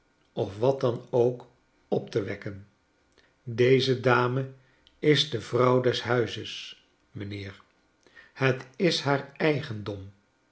of wat dan ook op te wekken deze dame is de vrouw des huizes m'nheer het is haar eigendom